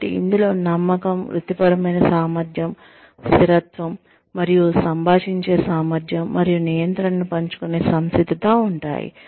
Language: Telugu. కాబట్టి ఇందులో నమ్మకం వృత్తిపరమైన సామర్థ్యం స్థిరత్వం మరియు సంభాషించే సామర్థ్యం మరియు నియంత్రణను పంచుకునే సంసిద్ధత ఉంటాయి